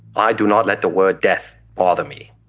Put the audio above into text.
i do not let the word death bother me